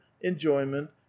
enjoyment